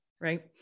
right